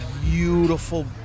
beautiful